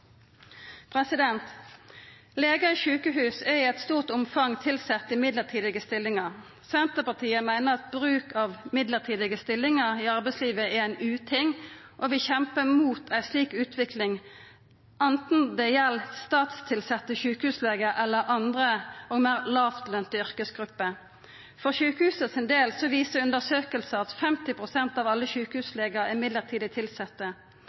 sjukehus er i eit stort omfang tilsette i midlertidige stillingar. Senterpartiet meiner at bruk av midlertidige stillingar i arbeidslivet er ein uting, og vil kjempa mot ei slik utvikling, anten det gjeld statstilsette sjukehuslegar eller andre og meir lågtlønte yrkesgrupper. For sjukehusa sin del viser undersøkingar at 50 pst. av alle sjukehuslegane er midlertidig tilsette.